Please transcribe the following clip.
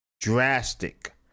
drastic